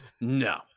No